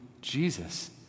Jesus